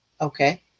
Okay